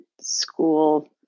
school